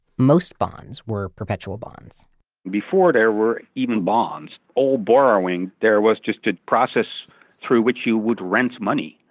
most bonds were perpetual bonds before there were even bonds, all borrowing, there was just a process through which you would rent money,